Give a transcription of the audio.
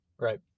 Right